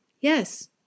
yes